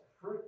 fruit